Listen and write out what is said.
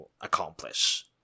accomplish